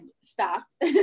stopped